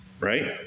right